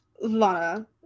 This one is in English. Lana